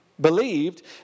believed